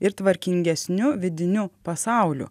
ir tvarkingesniu vidiniu pasauliu